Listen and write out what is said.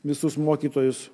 visus mokytojus